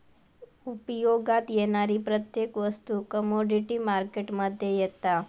उपयोगात येणारी प्रत्येक वस्तू कमोडीटी मार्केट मध्ये येता